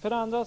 För det andra